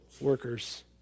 workers